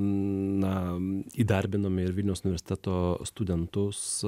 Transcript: na įdarbinome ir vilniaus universiteto studentus